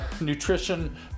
nutrition